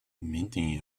many